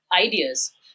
ideas